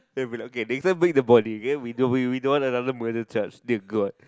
they will be like okay Dickson bring the body okay we don't we we don't want another murder charge dear god